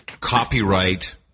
copyright